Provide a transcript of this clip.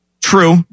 True